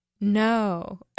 No